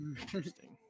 Interesting